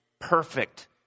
perfect